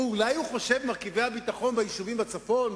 או אולי הוא חושב ממרכיבי הביטחון ביישובים בצפון?